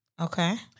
Okay